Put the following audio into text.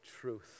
truth